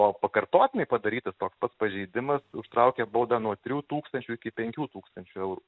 o pakartotinai padarytas toks pats pažeidimas užtraukia baudą nuo trijų tūkstančių iki penkių tūkstančių eurų